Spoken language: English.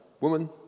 Woman